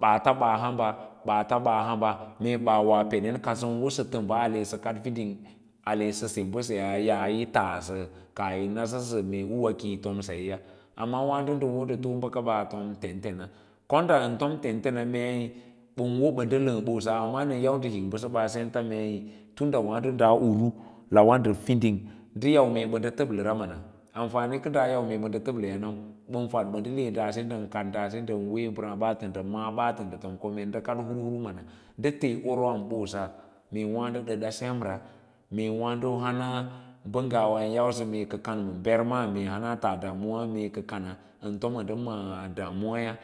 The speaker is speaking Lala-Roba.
Baats baa hamba baats baa aam mee ka woa peden kasa wo tamba hamsins ale sakad fiding sa se mbaseyaa yaa yi taasa kaah ya nasa sa uwa kiyi tom saseya amma waada nda wo nda too bakaba a tom tentnes kodan tom tentens mee bawo ban da laa bosa amma am yau mee nda hik basaba a senta meei tinda waado daa uru lawa nda finding nda yau mee ban da toblara mana amfani ka daa yau mee ban da tablaya nau ban fad dba nda le daase nda kad dase ndan wee mbarsa baats nda aa baatan nda kad hurhur mana nda tee oro ma bosa mee waado dada semra mee ba ngaa han a kan yauso mee ka kanaa bermaa ba kataaa damuwa mee ra kana an tom nda mas damuwa